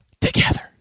Together